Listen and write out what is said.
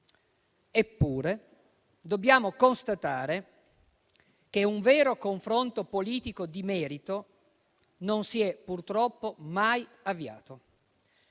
Eppure, dobbiamo constatare che un vero confronto politico di merito non si è purtroppo mai avviato,